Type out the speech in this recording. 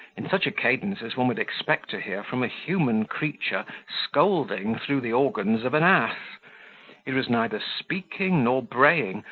in such a cadence as one would expect to hear from a human creature scolding through the organs of an ass it was neither speaking nor braying,